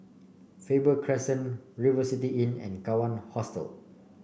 Faber Crescent River City Inn and Kawan Hostel